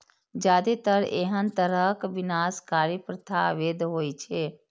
जादेतर एहन तरहक विनाशकारी प्रथा अवैध होइ छै